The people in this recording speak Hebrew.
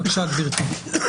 בבקשה, גברתי.